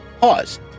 pause